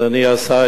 אדוני השר,